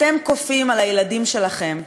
אתם כופים על הילדים שלכם.